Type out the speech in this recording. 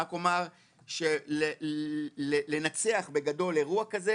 רק אומר שלנצח אירוע כזה,